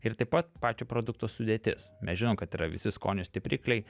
ir taip pat pačio produkto sudėtis mes žinom kad yra visi skonio stiprikliai